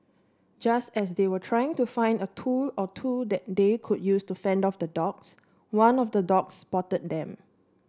just as they were trying to find a tool or two that they could use to fend off the dogs one of the dogs spotted them